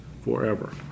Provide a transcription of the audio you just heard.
forever